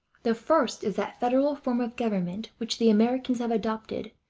the first is that federal form of government which the americans have adopted,